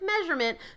measurement